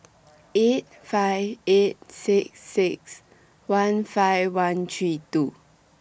eight five eight six six one five one three two